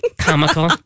Comical